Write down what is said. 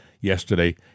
yesterday